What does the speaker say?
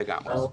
לגמרי.